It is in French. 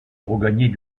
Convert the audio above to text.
regagner